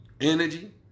Energy